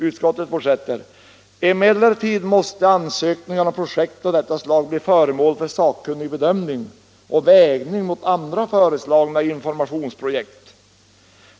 Utskottet fortsätter nämligen: ”Emellertid måste ansökningar om projekt av detta slag bli föremål för sakkunnig bedömning och vägning mot andra föreslagna informationsprojekt.